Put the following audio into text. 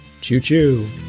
Choo-choo